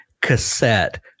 cassette